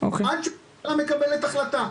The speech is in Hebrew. וזאת עד שהממשלה מקבלת החלטה.